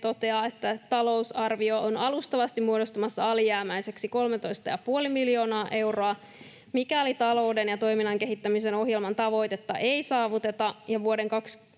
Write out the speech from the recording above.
toteaa, että talousarvio on alustavasti muodostumassa alijäämäiseksi 13 ja puoli miljoonaa euroa. Mikäli talouden ja toiminnan kehittämisen ohjelman tavoitetta ei saavuteta ja vuoden 22